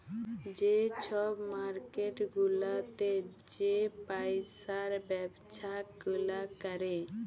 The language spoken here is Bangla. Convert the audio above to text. যে ছব মার্কেট গুলাতে যে পইসার ব্যবছা গুলা ক্যরে